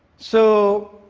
so,